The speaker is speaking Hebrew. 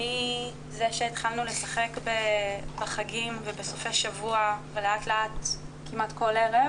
ומזה שהתחלנו לשחק בחגים ובסופי שבוע ולאט לאט כמעט כל ערב,